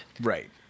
Right